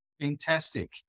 Fantastic